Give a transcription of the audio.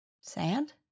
Sand